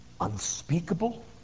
unspeakable